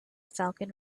falcon